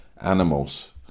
animals